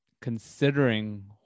considering